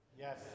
Yes